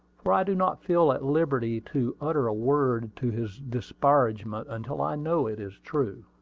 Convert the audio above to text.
for i do not feel at liberty to utter a word to his disparagement until i know it is true.